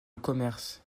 commerce